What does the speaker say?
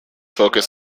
focus